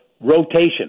rotation